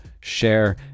share